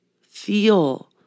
feel